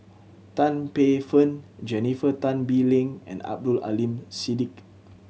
Tan Paey Fern Jennifer Tan Bee Leng and Abdul Aleem Siddique